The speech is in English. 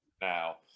now